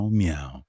meow